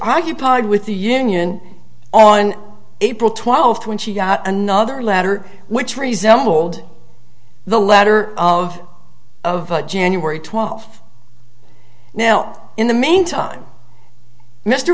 occupied with the union on april twelfth when she got another letter which resembled the letter of of january twelfth now in the meantime mr